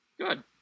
Good